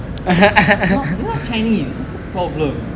he's not you are not chinese that's the problem